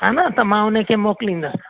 हा न त मां उन खे मोकिलींदसि